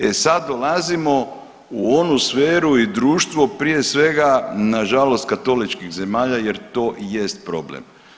E sad dolazimo u onu sferu i društvo prije svega nažalost katoličkih zemalja jer to jest problem.